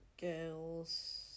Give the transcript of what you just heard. girls